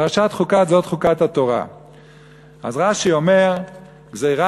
פרשת חוקת, "זאת חקת התורה".